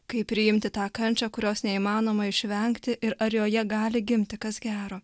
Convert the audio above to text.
kaip priimti tą kančią kurios neįmanoma išvengti ir ar joje gali gimti kas gero